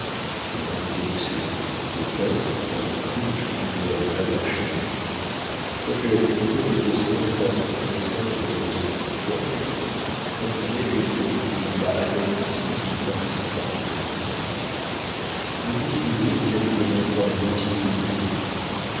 le marquis de beauséant le père a épousé une champignelles de la branche aînée quoique la vicomtesse de beauséant passe pour descendre de la maison de bourgogne vous comprenez que nous ne pouvions pas admettre ici une femme séparée de son mari c'est de vieilles idées auxquelles nous avons encore la bêtise de tenir